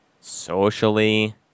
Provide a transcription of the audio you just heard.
socially